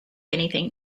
anything